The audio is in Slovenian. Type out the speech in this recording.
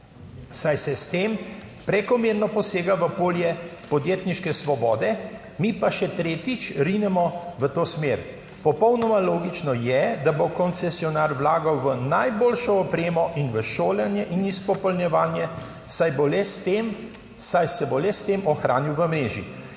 saj se s tem prekomerno posega v polje podjetniške svobode, mi pa še tretjič rinemo v to smer. Popolnoma logično je, da bo koncesionar vlagal v najboljšo opremo in v šolanje in izpopolnjevanje, saj se bo le s tem ohranil v mreži.